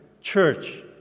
church